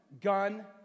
Gun